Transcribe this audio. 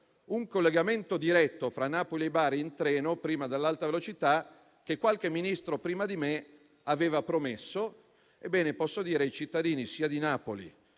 un collegamento diretto in treno tra le due città, prima dell'alta velocità, che qualche Ministro prima di me aveva promesso. Ebbene, posso dire ai cittadini sia di Napoli